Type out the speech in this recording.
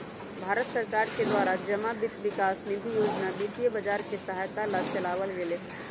भारत सरकार के द्वारा जमा वित्त विकास निधि योजना वित्तीय बाजार के सहायता ला चलावल गयले हल